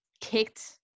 kicked